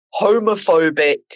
homophobic